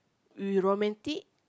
romantic